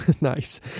Nice